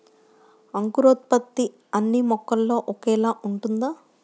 అంకురోత్పత్తి అన్నీ మొక్కలో ఒకేలా ఉంటుందా?